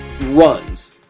runs